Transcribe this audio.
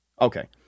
Okay